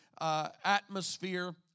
Atmosphere